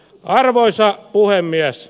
arvoisa puhemies